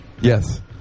yes